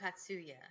Katsuya